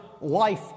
life